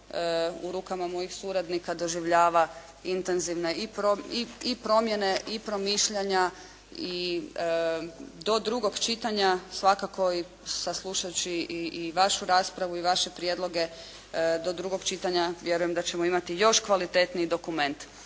u rukama mojih suradnika doživljava intenzivne i promjene i promišljanja i do drugog čitanja svakako saslušajući i vašu raspravu i vaše prijedloge do drugog čitanja vjerujem da ćemo imati još kvalitetniji dokument.